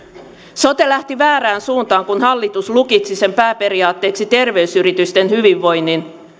sote lähti väärään suuntaan kun hallitus lukitsi sen pääperiaatteeksi terveysyritysten hyvinvoinnin